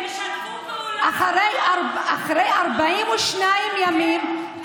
אחרי 42 ימים,